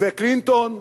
מתווה קלינטון,